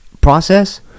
process